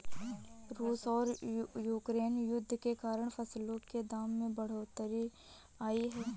रूस और यूक्रेन युद्ध के कारण फसलों के दाम में बढ़ोतरी आई है